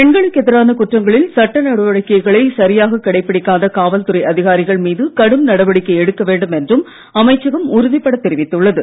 பெண்களுக்கு எதிரான குற்றங்களில் சட்ட நடவடிக்கைகளை சரியாக கடைபிடிக்காத காவல் துறை அதிகாரிகள் மீது கடும் நடவடிக்கை எடுக்க வேண்டும் என்றும் அமைச்சகம் உறுதிபட தெரிவித்துள்ளது